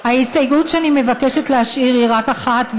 ההסתייגות שאני מבקשת להשאיר היא רק אחת,